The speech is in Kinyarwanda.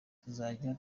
tuzajya